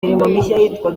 imbere